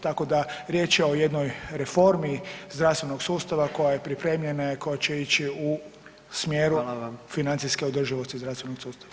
Tako da riječ je o jednoj reformi zdravstvenog sustava koja je pripremljena i koja će ići u smjeru financijske održivosti zdravstvenog sustava.